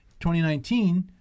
2019